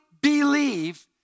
believe